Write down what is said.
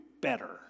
better